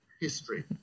history